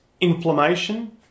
inflammation